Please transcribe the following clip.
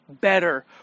better